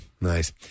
Nice